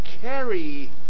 carry